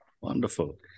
Wonderful